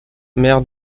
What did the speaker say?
mère